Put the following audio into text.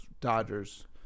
Dodgers